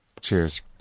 Cheers